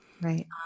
right